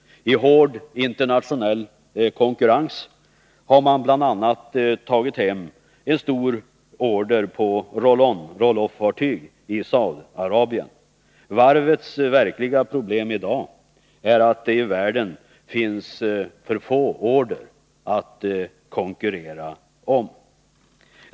I hård internationell konkurrens har man bl.a. tagit hem en stor order på roll-on-roll-off-fartyg i Saudiarabien. Varvets verkliga problem i dag är att det i världen finns för få order att konkurrera om.